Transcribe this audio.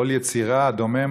כל היצירה: הדומם,